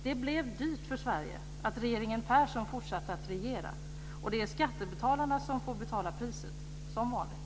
Det blev dyrt för Sverige att regeringen Persson fortsatte att regera. Det är skattebetalarna som får betala priset, som vanligt.